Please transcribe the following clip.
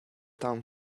town